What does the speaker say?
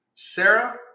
Sarah